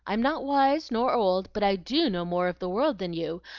i'm not wise nor old, but i do know more of the world than you,